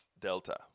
Delta